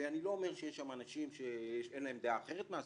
ואני לא אומר שיש שם אנשים שאין להם דעה אחרת מהשרה,